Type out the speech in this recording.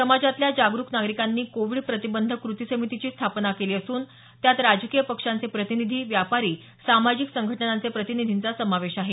समाजातल्या जागरूक नागरिकांनी कोविड प्रतिबंधक कृती समितीची स्थापना केली असून त्यात राजकीय पक्षांचे प्रतिनिधी व्यापारी सामाजिक संघटनांचे प्रतिनिधींचा समावेश आहे